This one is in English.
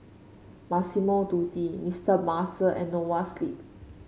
Massimo Dutti Mister Muscle and Noa Sleep